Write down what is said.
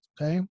Okay